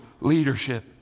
leadership